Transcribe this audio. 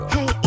Hey